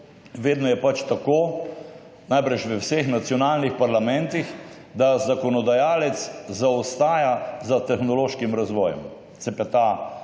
vedno je pač tako, najbrž v vseh nacionalnih parlamentih, da zakonodajalec zaostaja za tehnološkim razvojem,